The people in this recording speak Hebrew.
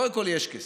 קודם כול, יש כסף.